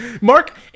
Mark